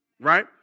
right